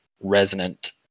resonant